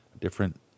different